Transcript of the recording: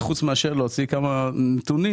חוץ מאשר להוציא כמה נתונים,